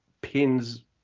pins